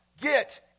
get